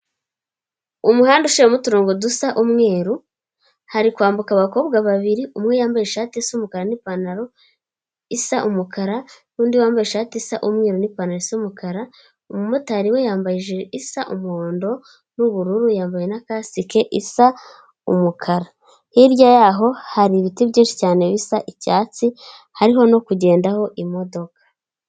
Umuhanda uciyemo uturongo dusa umweru, hari kwambuka abakobwa babiri umwe yambaye ishati isa umukara n'ipantaro isa umukara n'undi wambaye ishati isa umweru n'ipantaro y'umukara umumotari we yambaye ijire isa umuhondo w'ubururu yambaye nakasike isa umukara. Hirya yaho hari ibiti byinshi cyane bisa icyatsi, hariho no kugendaho imodoka.